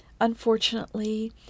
Unfortunately